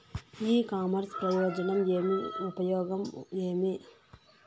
ఇ commerce ప్రయోజనం ఏమి? ఉపయోగం ఏమి?